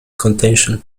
contention